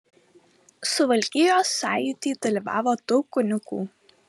suvalkijos sąjūdy dalyvavo daug kunigų